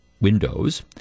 windows